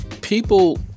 people